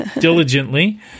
diligently